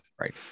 Right